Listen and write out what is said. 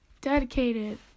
dedicated